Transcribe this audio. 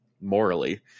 morally